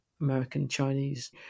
American-Chinese